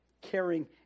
caring